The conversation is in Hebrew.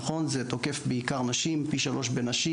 נכון, זה תוקף בעיקר נשים, פי 3 בנשים.